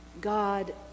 God